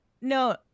No